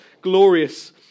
glorious